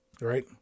right